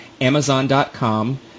Amazon.com